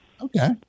Okay